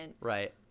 Right